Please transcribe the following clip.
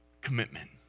commitment